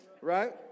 right